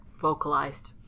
vocalized